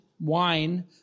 wine